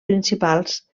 principals